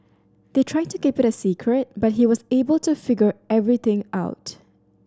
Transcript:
they tried to keep it a secret but he was able to figure everything out